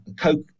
Coke